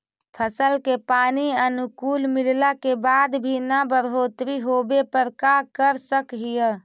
फसल के पानी अनुकुल मिलला के बाद भी न बढ़ोतरी होवे पर का कर सक हिय?